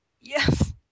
Yes